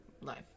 life